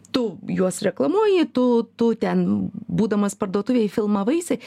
tu juos reklamuoji tu tu ten būdamas parduotuvėj filmavaisi